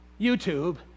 YouTube